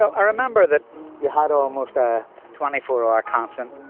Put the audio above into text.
i remember that you had almost a twenty four hour, constant,